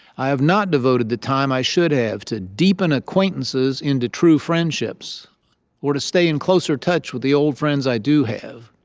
i have not devoted the time i should have to deepen acquaintances into true friendships or to stay in closer touch with the old friends i do have.